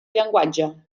llenguatge